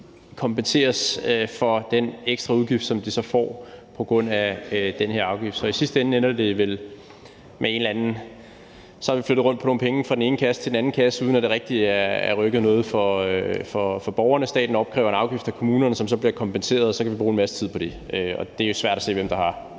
kompenseres for den ekstra udgift, som de så får på grund af den her afgift. Så i sidste ende ender det vel med, at der er flyttet rundt med nogle penge fra den ene kasse til den anden kasse, uden at det rigtig har rykket noget for borgerne. Staten opkræver en afgift af kommunerne, som så bliver kompenseret, og så kan vi bruge en masse tid på det. Og det er jo svært at se, hvem der får